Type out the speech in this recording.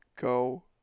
Go